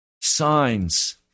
Signs